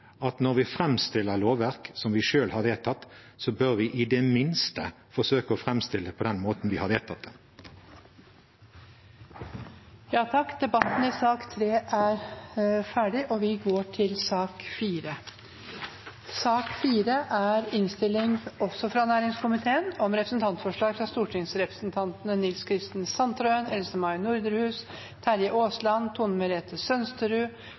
at når vi framstiller lovverk som vi selv har vedtatt, bør vi i det minste forsøke å framstille det på den måten vi har vedtatt det. Flere har ikke bedt om ordet til sak